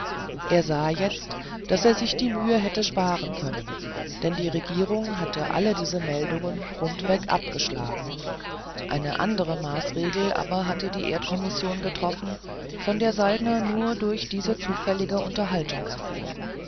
er sah jetzt daß er sich die mühe hätte sparen können denn die regierung hatte alle diese meldungen rundweg abgeschlagen eine andere maßregel aber hatte die erdkommission getroffen von der saltner nur durch diese zufällige unterhaltung erfuhr